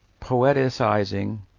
poeticizing